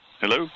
Hello